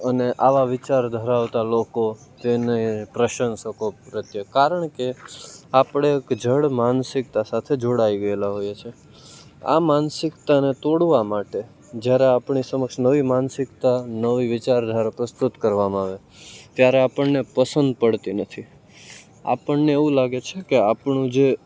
અને આવા વિચાર ધરાવતા લોકો તેને પ્રશંસકો પ્રત્યે કારણ કે આપણે જડ માનસિકતા સાથે જોડાઈ ગયેલા હોઈએ છીએ આ માનસિક્તાને તોડવા માટે જ્યારે આપણી સમક્ષ નવી માનસિકતા નવી વિચારધારા પ્રસ્તુત કરવામાં આવે ત્યારે આપણને પસંદ પડતી નથી આપણને એવું લાગે છે કે આપણું જે